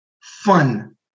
fun